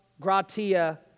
gratia